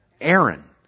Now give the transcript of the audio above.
Aaron